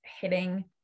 hitting